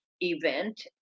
event